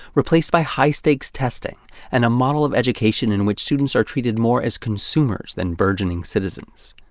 replaced by high-stakes testing and a model of education in which students are treated more as consumers than burgeoning citizens.